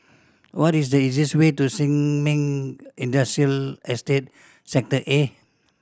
what is the easiest way to Sin Ming Industrial Estate Sector A